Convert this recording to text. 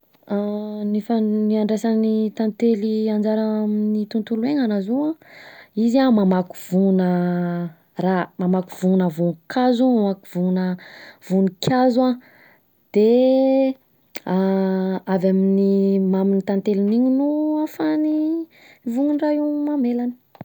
Ny fa- andraisan’ny tantely anjara amin’ny tontolo iainana zao an, izy a, mamaky vognona raha, mamaky vognona voankazo, mamaky vognona vonikazo an, de avy amin’ny mamin’ny tantelin’iny no afahany vognondraha io mamelana.